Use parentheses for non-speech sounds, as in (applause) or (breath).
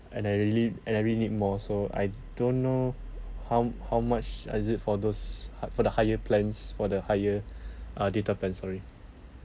and I really and I rea~ need more so I don't know how how much is it for those hi~ for the higher plans for the higher (breath) uh data plan sorry